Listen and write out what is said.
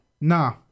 Nah